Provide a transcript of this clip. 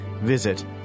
Visit